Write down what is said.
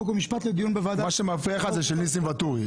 חוק ומשפט לדיון בוועדת --- מה שמפריע לך זה שזה של ניסים ואטורי.